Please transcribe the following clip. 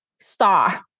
star